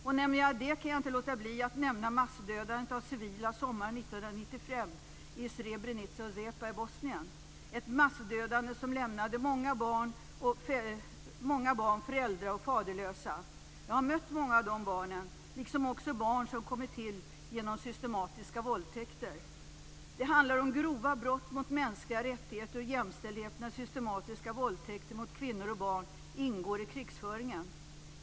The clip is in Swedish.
Och nämner jag det kan jag inte låta bli att nämna massdödandet av civila sommaren 1995 i Srebrenica och Zepa i Bosnien, ett massdödande som lämnade många barn föräldra eller faderlösa. Jag har mött många av dessa barn, liksom också barn som kommit till genom systematiska våldtäkter. Det handlar om grova brott mot mänskliga rättigheter och jämställdhet när systematiska våldtäkter mot kvinnor och barn ingår i krigföringen.